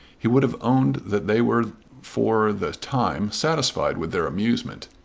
he would have owned that they were for the time satisfied with their amusement.